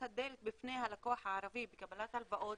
הדלת בפני הלקוח הערבי בקבלת הלוואות